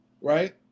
right